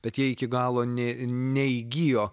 bet jie iki galo ne neįgijo